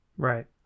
Right